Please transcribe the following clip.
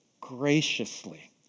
graciously